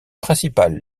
principal